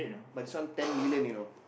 but this one ten million you know